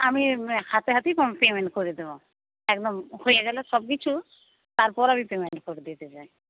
আমি হাতে হাতেই পেমেন্ট করে দেব একদম হয়ে গেলে সবকিছু তারপর আমি পেমেন্ট করে দিতে চাই